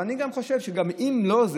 אבל אני חושב שגם אם לא זה,